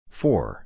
four